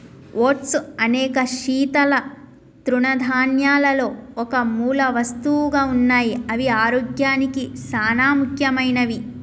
oats అనేక శీతల తృణధాన్యాలలో ఒక మూలవస్తువుగా ఉన్నాయి అవి ఆరోగ్యానికి సానా ముఖ్యమైనవి